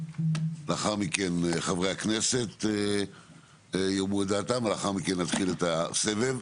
לאחר מכן חברי הכנסת יאמרו את דעתם ולאחר מכן נתחיל את הסבב.